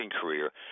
career